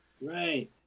Right